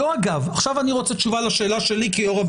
עכשיו אני רוצה תשובה לשאלה שלי כיושב ראש